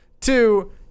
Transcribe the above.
two